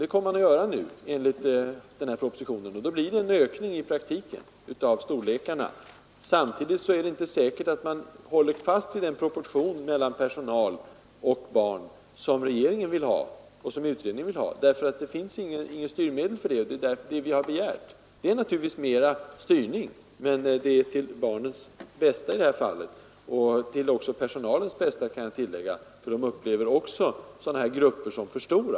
Det kommer de att göra nu enligt propositionen. Samtidigt är det inte säkert att man håller fast vid den proportion mellan personal och barn som regeringen och utredningen vill ha. Det finns inget styrmedel för detta, och därför har vi begärt det. Det innebär naturligtvis mer styrning, men den är till barnens bästa i detta fall. Den är också till personalens bästa, för den upplever också grupper på 20 som för stora.